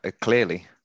Clearly